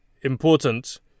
important